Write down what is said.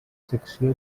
secció